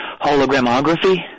hologramography